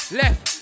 left